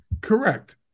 Correct